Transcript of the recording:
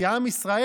כי עם ישראל,